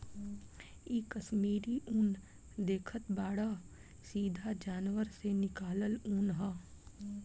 इ कश्मीरी उन देखतऽ बाड़ऽ सीधा जानवर से निकालल ऊँन ह